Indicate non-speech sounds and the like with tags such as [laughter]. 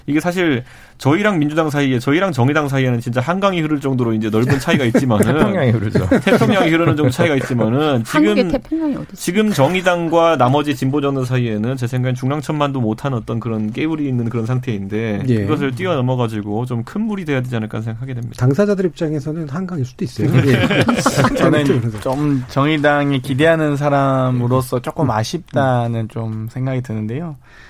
이게 사실 저희랑 민주당 사이에, 저희랑 정의당 사이에는 진짜 한강이 흐를 정도로 이제 넓은 차이가 있지만은 태평양이 태평양이- 흐르죠. 태평양이 흐르는 정도 차이가 있지만은 한국의 지금- 태평양이 어디 있습니까? 지금 정의당과 나머지 진보정당 사이에는 제 생각엔 중랑천만도 못한 어떤 그런 깨울이 있는 그런 상태인데 그것을 예. 뛰어넘어가지고 좀 큰 물이 돼야 되지 않을까 생각하게 됩니다. 당사자들 입장에서는 한강일 수도 있어요. 네. 예. [laughs] [laughs] 저는 좀 정의당에 기대하는 사람으로서 조금 아쉽다는 음, 음. 좀 생각이 드는데요.